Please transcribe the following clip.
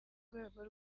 rwego